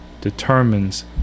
determines